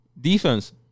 Defense